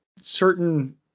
certain